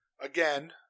Again